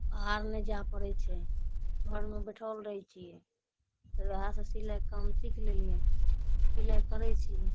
बाहर नहि जाइ पड़य छै घरमे बइठल रहय छियै फेर ओहैसँ सिलाइके काम सीख लेलियै सिलाइ करय छियै